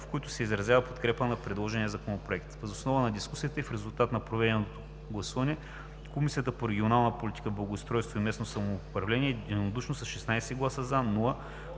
в които се изразява подкрепа на предложения Законопроект. Въз основа на дискусията и в резултат на проведеното гласуване Комисията по регионална политика, благоустройство и местно самоуправление, единодушно, с 16 гласа „за”,